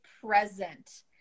present